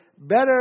better